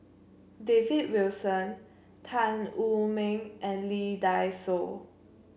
David Wilson Tan Wu Meng and Lee Dai Soh